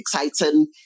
exciting